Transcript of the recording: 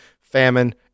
famine